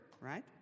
right